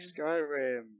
Skyrim